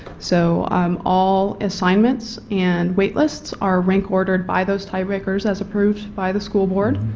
so um all assignments and waitlist are rank ordered by those tiebreakers as approved by the school board,